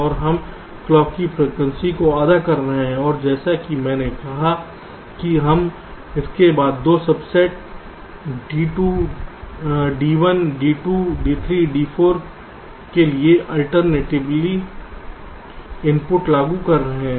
और हम क्लॉक की फ्रिकवेंसी को आधा कर रहे हैं और जैसा कि मैंने कहा कि हम इसके बाद 2 subset D1 D2 D3 D4 के लिए अल्टरनेटिव इनपुट लागू कर रहे हैं